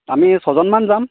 আমি ছজনমান যাম